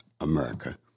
America